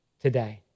today